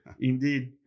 Indeed